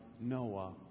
Noah